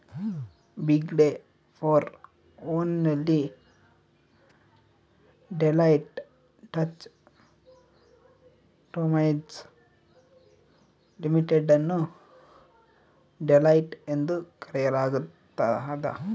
ಬಿಗ್ಡೆ four ಒನ್ ನಲ್ಲಿ Deloitte Touche Tohmatsu limited ಅನ್ನು ಡೆಲಾಯ್ಟ್ ಎಂದು ಕರೆಯಲಾಗ್ತದ